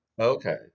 Okay